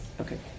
Okay